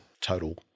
total